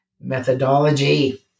methodology